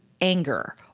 anger